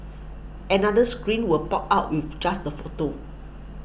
another screen will pop out with just the photo